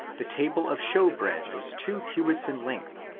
the table of shew-bread' was two cubits in length,